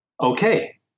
Okay